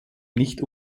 nicht